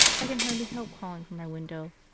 i can hardly help calling from my window,